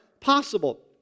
possible